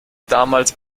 damals